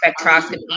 spectroscopy